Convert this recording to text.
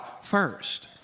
first